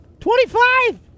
Twenty-five